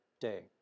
day